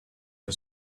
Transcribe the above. for